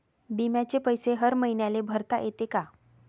बिम्याचे पैसे हर मईन्याले भरता येते का?